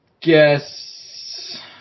guess